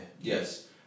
yes